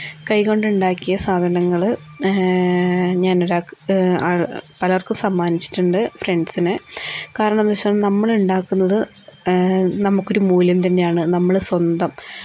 കൈകൊണ്ടുണ്ടാക്കിയ സാധനങ്ങള് ഞാൻ ഒരാൾക്ക് ആൾ പലർക്കും സമ്മാനിച്ചിട്ടുണ്ട് ഫ്രണ്ട്സിന് കാരണം എന്താന്നു വെച്ചാൽ നമ്മളുണ്ടാക്കുന്നത് നമുക്കൊരു മൂല്യം തന്നെയാണ് നമ്മള് സ്വന്തം